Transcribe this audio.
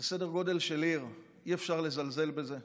זה סדר גודל של עיר, אי-אפשר לזלזל בזה,